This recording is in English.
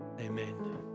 Amen